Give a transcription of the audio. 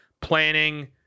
planning